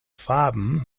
farben